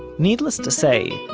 needless to say,